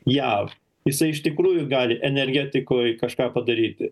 jav jisai iš tikrųjų gali energetikoj kažką padaryti